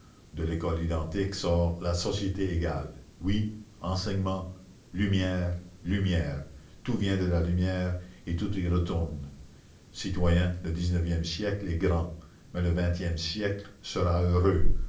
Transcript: de l'école identique sort la société égale oui enseignement lumière lumière tout vient de la lumière et tout y retourne citoyens le dix-neuvième siècle est grand mais le vingtième siècle sera heureux